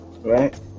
right